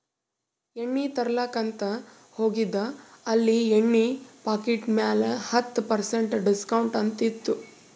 ಎಣ್ಣಿ ತರ್ಲಾಕ್ ಅಂತ್ ಹೋಗಿದ ಅಲ್ಲಿ ಎಣ್ಣಿ ಪಾಕಿಟ್ ಮ್ಯಾಲ ಹತ್ತ್ ಪರ್ಸೆಂಟ್ ಡಿಸ್ಕೌಂಟ್ ಅಂತ್ ಇತ್ತು